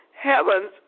heavens